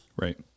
Right